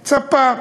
ספר.